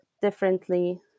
differently